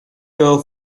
your